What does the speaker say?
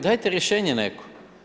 Dajte rješenje neko.